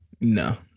No